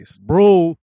bro